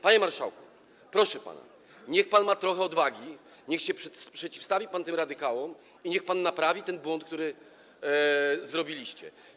Panie marszałku, proszę pana, niech pan ma trochę odwagi, niech się pan przeciwstawi tym radykałom i niech pan naprawi ten błąd, który popełniliście.